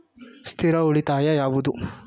ಸ್ಥಿರ ಉಳಿತಾಯ ಯಾವುದು?